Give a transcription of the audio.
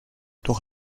doch